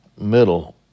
middle